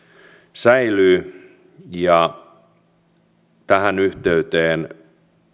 säilyy tähän yhteyteen